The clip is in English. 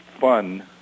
fun